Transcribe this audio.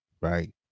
Right